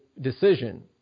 decision